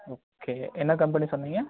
okay என்ன company சொன்னிங்க